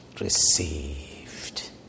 received